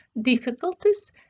difficulties